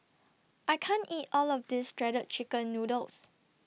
I can't eat All of This Shredded Chicken Noodles